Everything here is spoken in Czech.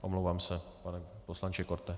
Omlouvám se, pane poslanče Korte.